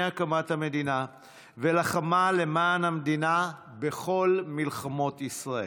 הקמת המדינה ולחמה למען המדינה בכל מלחמות ישראל.